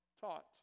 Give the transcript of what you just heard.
taught